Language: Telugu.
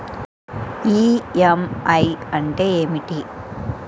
ఈ.ఎం.ఐ అంటే ఏమిటి?